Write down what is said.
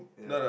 yeah